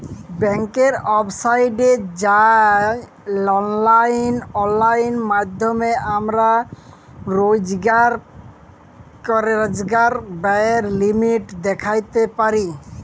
ব্যাংকের ওয়েবসাইটে যাঁয়ে অললাইল মাইধ্যমে আমরা রইজকার ব্যায়ের লিমিট দ্যাইখতে পারি